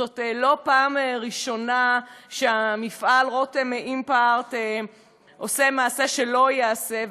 זאת לא פעם ראשונה שהמפעל רותם אמפרט עושה מעשה שלא ייעשה,